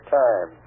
time